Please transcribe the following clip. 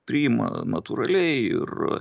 priima natūraliai ir